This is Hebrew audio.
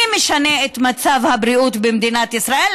אני משנה את מצב הבריאות במדינת ישראל.